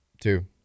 two